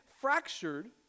fractured